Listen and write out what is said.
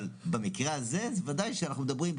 אבל במקרה הזה, ודאי שאנחנו מדברים.